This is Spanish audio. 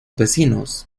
vecinos